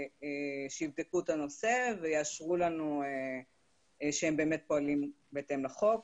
שיבדקו את הנושא ויאשרו לנו שהם באמת פועלים בהתאם לחוק.